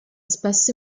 spesso